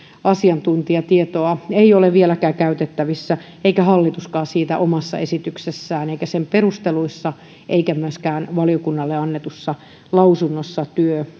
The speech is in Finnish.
asiantuntijatietoa ei ole vieläkään käytettävissä eikä hallituskaan sitä omassa esityksessään eikä sen perusteluissa eikä myöskään valiokunnalle annetussa lausunnossa